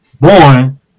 born